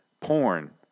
porn